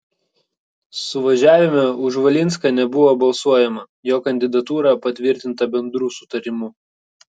suvažiavime už valinską nebuvo balsuojama jo kandidatūra patvirtinta bendru sutarimu